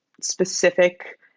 specific